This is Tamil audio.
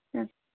ஆ